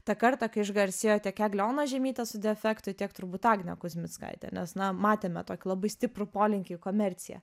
tą kartą kai išgarsėjo tiek eglė ona žiemytė su defektu tiek turbūt agnė kuzmickaitė nes na matėme tokį labai stiprų polinkį į komerciją